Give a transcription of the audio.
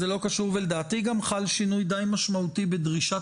לדעתי גם חל שינוי גם משמעותי בדרישת